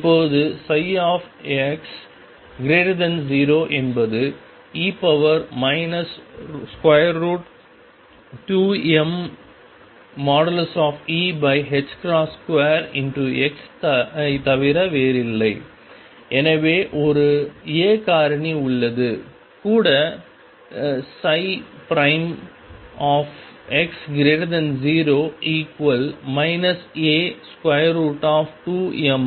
இப்போது ψx0 என்பது e 2mE2x ஐத் தவிர வேறில்லை எனவே ஒரு A காரணி உள்ளது கூட x0 A2mE2e